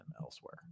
elsewhere